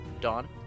dawn